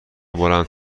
بلند